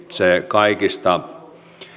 se kaikista